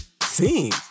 theme